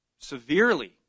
severely